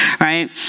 right